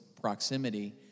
proximity